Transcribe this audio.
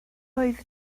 oedd